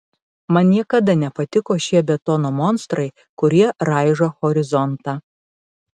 man niekada nepatiko šie betono monstrai kurie raižo horizontą